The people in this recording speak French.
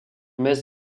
mess